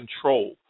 control